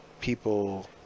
people